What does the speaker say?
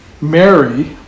Mary